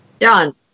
John